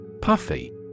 Puffy